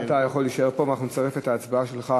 אתה יכול להישאר פה, ונצרף את ההצבעה שלך